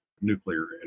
nuclear